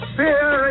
fear